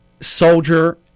soldier